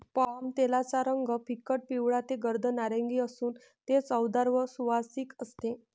पामतेलाचा रंग फिकट पिवळा ते गर्द नारिंगी असून ते चवदार व सुवासिक असते